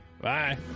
Bye